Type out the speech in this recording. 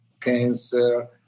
cancer